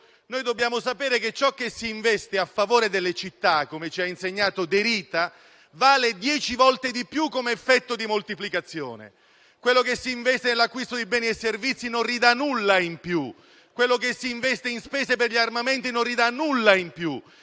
dobbiamo sapere che ciò che si investe a favore delle città, come ci ha insegnato De Rita, vale dieci volte di più come effetto di moltiplicazione. Quello che si investe nell'acquisto di beni e servizi non ridà nulla in più, quello che si investe in spese per gli armamenti non ridà nulla in più,